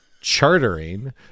chartering